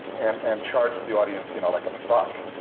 and and charged the audience, you know, like a buck,